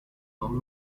non